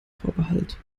vorbehalt